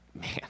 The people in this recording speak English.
man